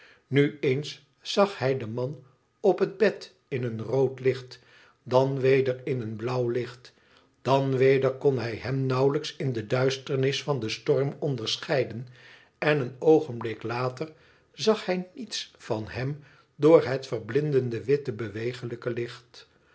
nu eens zag hij den man op het bed in een rood licht dan weder in een blauw licht dan weder kon hij hem nauwelijks in de duisternis van den storm onderscheiden en een oogenblik later zag hij niets van hem door het verblindend witte beweeglijke licht